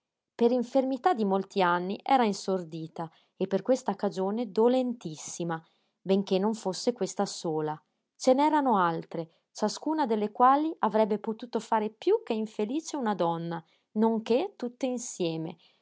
per infermità di molti anni era insordita e per questa cagione dolentissima benché non fosse questa sola ce n'erano altre ciascuna delle quali avrebbe potuto fare piú che infelice una donna non che tutte insieme